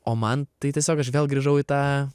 o man tai tiesiog aš vėl grįžau į tą